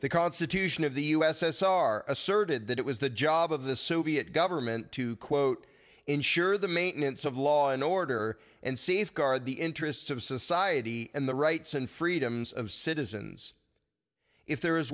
the constitution of the u s s r asserted that it was the job of the soviet government to quote ensure the maintenance of law and order and safeguard the interests of society and the rights and freedoms of citizens if there is